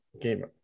game